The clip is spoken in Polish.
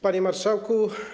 Panie Marszałku!